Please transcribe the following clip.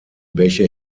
bäche